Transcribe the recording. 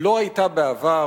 לא היתה בעבר,